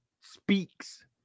speaks